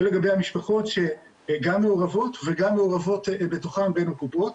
זה לגבי המשפחות שגם מעורבות וגם מעורבות בתוכן בין הקופות.